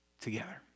together